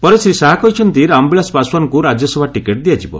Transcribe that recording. ପରେ ଶ୍ରୀ ଶାହା କହିଛନ୍ତି ରାମବିଳାସ ପାଶ୍ୱାନଙ୍କୁ ରାଜ୍ୟସଭା ଟିକେଟ୍ ଦିଆଯିବ